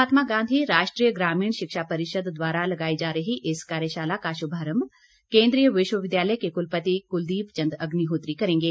महात्मा गांधी राष्ट्रीय ग्रामीण शिक्षा परिषद द्वारा लगाई जा रही इस कार्यशाला का शुभारंभ केंद्रीय विश्वविद्यालय के कुलपति कुलदीप चंद अग्निहोत्री करेंगे